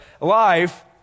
life